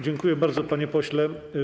Dziękuję bardzo, panie pośle.